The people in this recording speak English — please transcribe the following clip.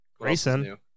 grayson